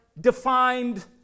defined